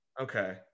Okay